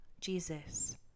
Jesus